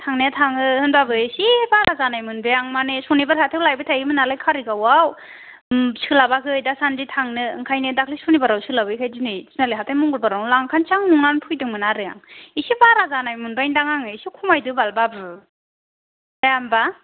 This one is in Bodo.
थांनाया थाङो होमबाबो एसे बारा जानाय मोनबाय आङो माने सुनिबार हाथाइआव लायबाय थायोमोन नालाय कारिगावआव सोलाबाखै दासान्दि थांनो ओंखायनो दाखालि सुनिबाराव सोलाबैखाय दिनै थिनालि हाथाइ मंगंलबाराव लांखानोसां नंनानै फैदोंमोन आरो आं एसे बारा जानाय मोनबायनदां आङो एसे खमायदो बाल बाबु जाया होमबा